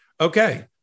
Okay